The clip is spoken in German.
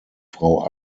frau